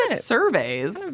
surveys